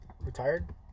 Retired